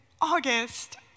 August